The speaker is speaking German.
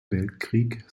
weltkrieg